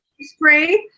spray